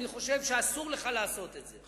חושב שאסור לך לעשות את זה,